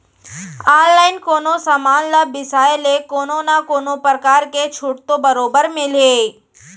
online कोनो समान ल बिसाय ले कोनो न कोनो परकार के छूट तो बरोबर मिलही